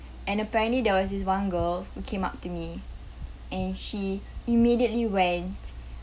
and apparently there was this one girl who came up to me and she immediately went